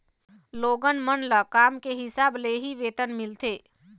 लोगन मन ल काम के हिसाब ले ही वेतन मिलथे